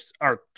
art